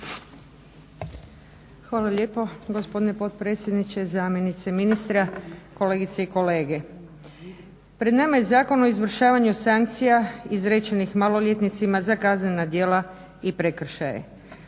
Hvala lijepo. Gospodine potpredsjedniče, zamjenice ministra, kolegice i kolege. Pred nama je Zakon o izvršavanju sankcija izrečenih maloljetnicima za kaznena djela i prekršaje.